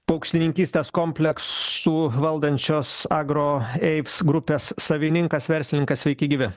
paukštininkystės kompleksų valdančios agro eips grupės savininkas verslininkas sveiki gyvi